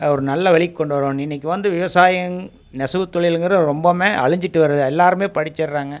ஒரு நல்ல வழிக் கொண்டு வரணும் இன்னைக்கி வந்து விவசாயங் நெசவு தொழிலுங்கிறது ரொம்பவுமே அழிஞ்சிட்டு வருது எல்லாருமே படிச்சிடுறாங்க